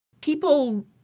people